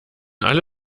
alle